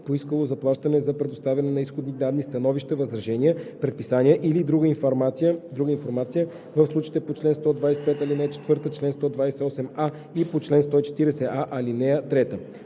поискало заплащане за предоставяне на изходни данни, становища, възражения, предписания или друга информация в случаите по чл. 125, ал. 4, чл. 128а и по чл. 140а, ал. 3.